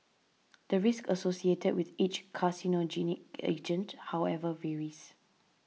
the risk associated with each carcinogenic agent however varies